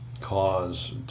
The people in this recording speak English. cause